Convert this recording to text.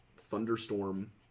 thunderstorm